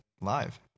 live